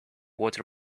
water